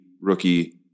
rookie